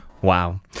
Wow